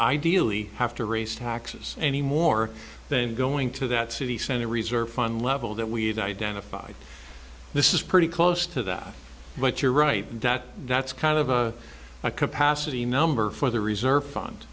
ideally have to raise taxes any more than going to that city center reserve fund level that we have identified this is pretty close to that but you're right that that's kind of a high capacity number for the reserve fund